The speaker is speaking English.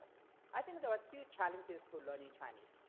i think there are two challenges to learning chinese.